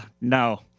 no